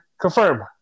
confirm